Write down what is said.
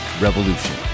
Revolution